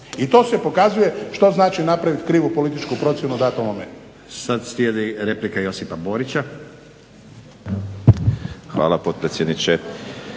i to se pokazuje što znači napraviti krivu političku procjenu u datom momentu.